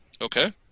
Okay